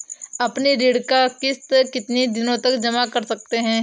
अपनी ऋण का किश्त कितनी दिनों तक जमा कर सकते हैं?